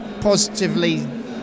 positively